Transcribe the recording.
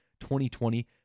2020